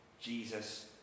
Jesus